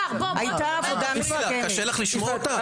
השר, בוא, בוא --- יפעת, קשה לך לשמוע אותה?